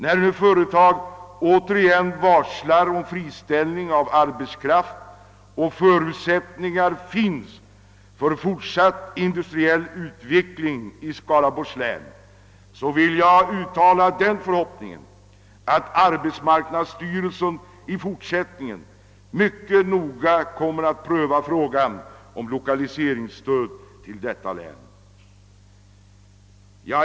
När nu företag återigen varslar om friställning av arbetskraft trots att förutsättningar finns för fortsatt industriell utveckling i Skaraborgs län, vill jag uttala den förhoppningen att arbetsmarknadsstyrelsen i fortsättningen mycket noga kommer att pröva frågan om lokaliseringsstöd till detta län.